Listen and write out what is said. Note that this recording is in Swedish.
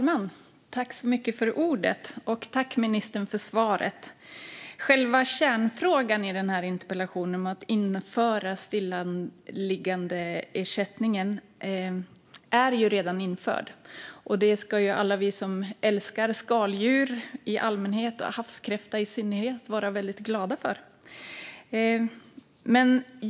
Fru talman! Jag tackar ministern för svaret. Själva kärnfrågan i denna interpellation handlade om att införa stillaliggandeersättning. Denna har redan införts. Det ska alla vi som älskar skaldjur i allmänhet och havskräftor i synnerhet vara mycket glada för.